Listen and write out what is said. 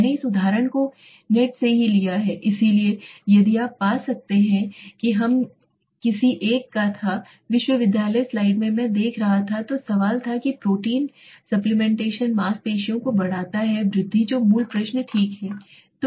मैंने इस उदाहरण को नेट से ही लिया है इसलिए यदि आप पा सकते हैं कि यह किसी एक का था विश्वविद्यालय स्लाइड मैं देख रहा था तो सवाल था कि प्रोटीन सप्लीमेंटेशन मांसपेशियों को बढ़ाता है जो मूल प्रश्न है